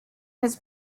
his